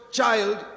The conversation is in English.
child